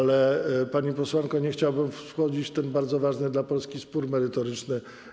Ale, pani posłanko, nie chciałbym wchodzić w ten bardzo ważny dla Polski spór merytoryczny.